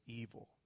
evil